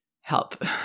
help